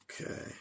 Okay